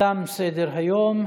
תם סדר-היום.